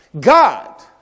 God